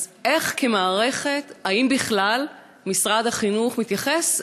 אז איך כמערכת, אם בכלל, משרד החינוך מתייחס?